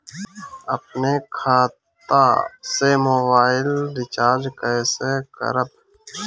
अपने खाता से मोबाइल रिचार्ज कैसे करब?